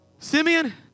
Simeon